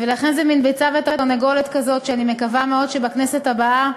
ולכן זה מין ביצה ותרנגולת כזאת שאני מקווה מאוד שבכנסת הבאה